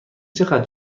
چقدر